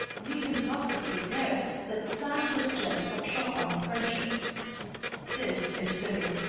recent gossip declares that sand was jealous of chopin's friendships this is silly.